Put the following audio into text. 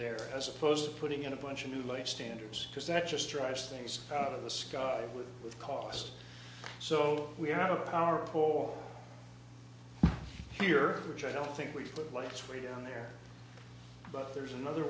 there as opposed to putting in a bunch of new like standards because that just drives things out of the sky with cost so we have a power pole here which i don't think we put lights way down there but there's another